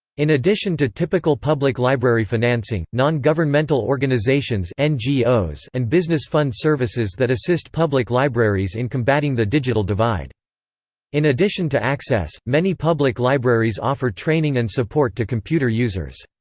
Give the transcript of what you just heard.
in addition to typical public library financing, non-governmental organizations and and business fund services that assist public libraries in combating the digital divide in addition to access, many public libraries offer training and support to computer users.